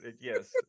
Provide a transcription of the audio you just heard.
yes